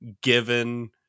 given